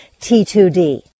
T2D